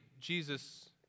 Jesus